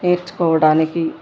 నేర్చుకోవడానికి